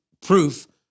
proof